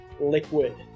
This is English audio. liquid